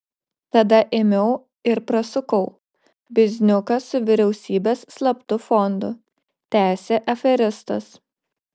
tada ėmiau ir prasukau bizniuką su vyriausybės slaptu fondu tęsė aferistas